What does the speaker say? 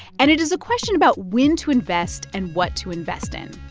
and it is a question about when to invest and what to invest in.